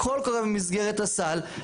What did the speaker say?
הכל קורה במסגרת הסל,